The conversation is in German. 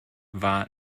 war